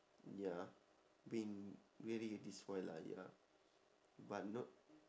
ya been really this while lah ya but not